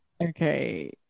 Okay